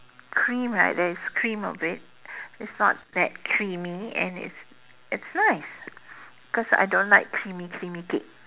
cream right there is cream of it it's not that creamy and it's it's nice because I don't like creamy creamy cake